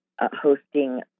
hosting